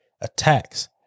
attacks